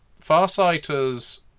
Farsighters